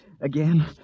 Again